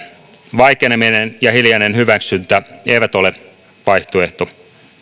vaikeneminen ja hiljainen hyväksyntä eivät ole vaihtoehto